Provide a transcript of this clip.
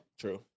True